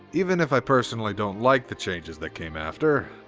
even if i personally don't like the changes that came after,